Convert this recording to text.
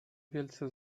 wielce